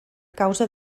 causa